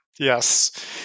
Yes